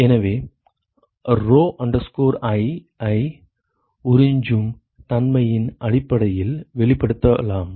எனவே rho i ஐ உறிஞ்சும் தன்மையின் அடிப்படையில் வெளிப்படுத்தலாம்